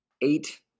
eight